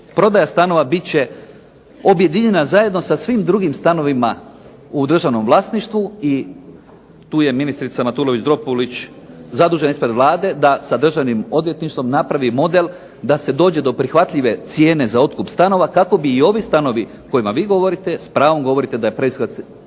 prodaja stanova bit će objedinjena zajedno sa svim drugim stanovima u državnom vlasništvu i tu je ministrica Matulović-Dropulić zadužena ispred Vlade da sa Državnim odvjetništvom napravi model da se dođe do prihvatljive cijene za otkup stanova kako bi i ovi stanovi o kojima vi govorite, s pravom govorite da je previsoka